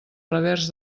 revers